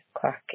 clock